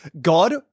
God